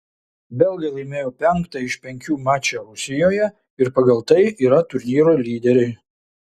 belgai laimėjo penktą iš penkių mačą rusijoje ir pagal tai yra turnyro lyderiai